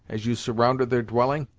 as you surrounded their dwelling?